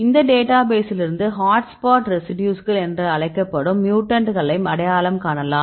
இந்த டேட்டாபேசிலிருந்து ஹாட்ஸ்பாட் ரெசிடியூஸ்கள் என அழைக்கப்படும் மியூட்டன்ட்களை அடையாளம் காணலாம்